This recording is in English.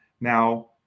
Now